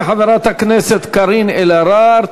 תודה לחברת הכנסת קארין אלהרר.